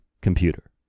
computer